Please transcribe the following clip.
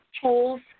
tools